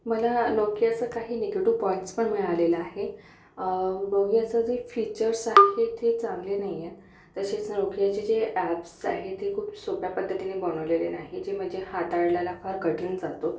मला नोकियाचं काही निगेट्यू पॉईंट्स पण मिळालेलं आहे नोकियाचं जे फीचर्स आहेत ते चांगले नाही आहे तसेच नोकियाचे जे ॲप्स आहेत ते खूप सोप्या पद्धतीने बनवलेले नाही जे म्हणजे हाताळल्याला फार कठीण जातो